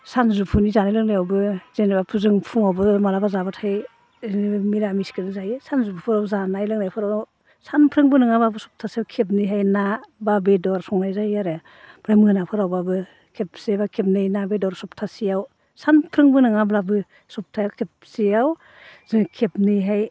सानजुफुनि जानाय लोंनायावबो जेन'बाथ' जों फुङावबो माब्लाबा जाब्लाथाय ओरैनो मिरामिसखो जायो सानजौफुआव जानाय लोंनायफोराव सानफ्रोमबो नङाब्लाबो सफ्थासेयाव खेबनैहाय ना एबा बेदर संनाय जायो आरो ओमफ्राय मोनाफोरावबाबो खेबसे एबा खेबनै ना बेदर सफ्थासेयाव सानफ्रोमबो नङाब्लाबो सफ्थायाव खेबसेयाव जोङो खेबनैहाय